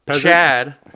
Chad